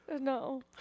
No